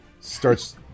starts